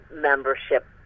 membership